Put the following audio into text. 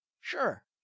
sure